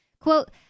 quote